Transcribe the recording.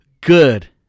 good